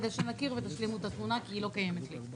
כדי שנכיר ותשלימו את התמונה כי היא לא קיימת לי.